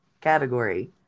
category